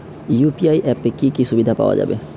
UPI অ্যাপে কি কি সুবিধা পাওয়া যাবে?